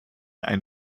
ein